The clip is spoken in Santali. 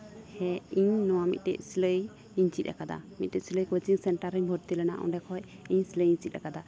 ᱦᱮᱸ ᱤᱧ ᱱᱚᱣᱟ ᱢᱤᱫᱴᱮᱡ ᱥᱤᱞᱟᱹᱭ ᱤᱧ ᱪᱮᱫ ᱠᱟᱫᱟ ᱢᱤᱫᱴᱮᱡ ᱥᱤᱞᱟᱹᱭ ᱠᱳᱪᱤᱝ ᱥᱮᱱᱴᱟᱨ ᱨᱮᱧ ᱵᱷᱚᱨᱛᱤ ᱞᱮᱱᱟ ᱚᱸᱰᱮ ᱠᱷᱚᱡ ᱤᱧ ᱥᱤᱞᱟᱹᱭᱤᱧ ᱪᱮᱫ ᱠᱟᱫᱟ